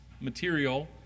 material